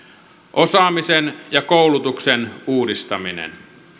osaamisen ja koulutuksen uudistaminen